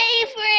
favorite